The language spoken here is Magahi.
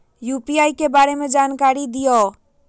यू.पी.आई के बारे में जानकारी दियौ?